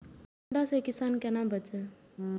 सुंडा से किसान कोना बचे?